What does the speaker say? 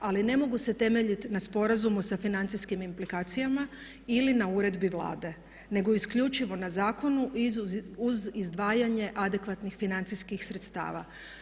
Ali ne mogu se temeljiti na sporazumu sa financijskim implikacijama ili na uredbi Vlade nego isključivo na zakonu uz izdvajanje adekvatnih financijskih sredstava.